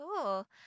Cool